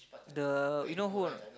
the you know who or not